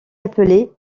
appelés